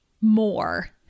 more